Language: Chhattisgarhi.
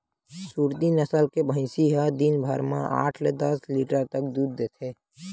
सुरती नसल के भइसी ह दिन भर म आठ ले दस लीटर तक दूद देथे